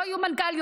לא יהיו מנכ"ליות,